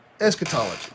eschatology